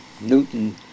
Newton